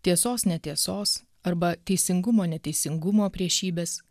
tiesos netiesos arba teisingumo neteisingumo priešybes